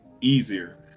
easier